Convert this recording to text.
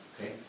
Okay